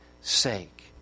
sake